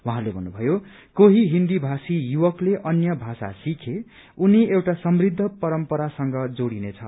उहाँले भन्नुभयो कोही हिन्दी भाषी युवकले अन्य भाषा सिखे उनी एउटा समृद्ध परम्परासँग जोड़िनेछ